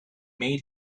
made